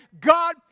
God